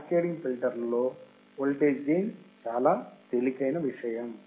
cascading ఫిల్టర్ల లో voltage gain చాలా తేలికైన విషయం